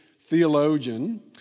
theologian